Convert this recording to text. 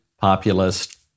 populist